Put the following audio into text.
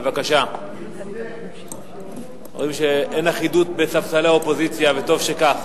רואים שאין אחידות בספסלי האופוזיציה, וטוב שכך.